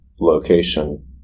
location